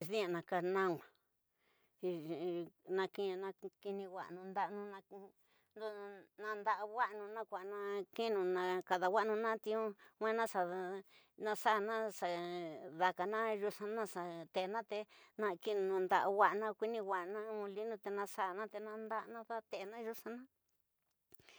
Di'ina ka nawua, na'a ki'ia na kidíwa'ana ndasana, nanda wa'anu nu ku'a ki'unu na kada wa'anu nxu nuvena nxa axana xa dakana yüxana, xa teenate na kina nkunda wa'ana kuniwa'ana mulinu naxana nanda'ana te naténa yüxana.